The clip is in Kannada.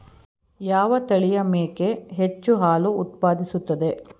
ಯಾವ ತಳಿಯ ಮೇಕೆ ಹೆಚ್ಚು ಹಾಲು ಉತ್ಪಾದಿಸುತ್ತದೆ?